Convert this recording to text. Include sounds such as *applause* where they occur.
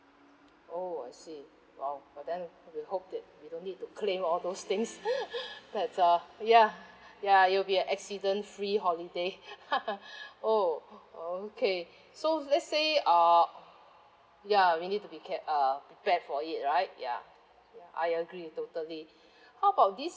oh I see !wow! but then we hope that we don't need to claim all those things *laughs* that uh ya ya it'll be accident free holiday *laughs* oh okay so let's say uh ya we need to be care~ uh prepared for it right ya I agree totally how about this